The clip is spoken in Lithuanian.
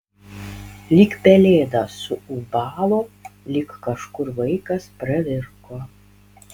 lyg pelėda suūbavo lyg kažkur vaikas pravirko